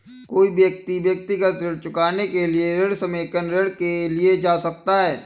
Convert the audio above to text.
कोई व्यक्ति व्यक्तिगत ऋण चुकाने के लिए ऋण समेकन ऋण के लिए जा सकता है